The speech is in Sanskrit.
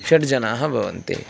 षड्जनाः भवन्ति